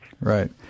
Right